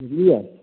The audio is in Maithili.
बुझलियै